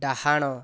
ଡାହାଣ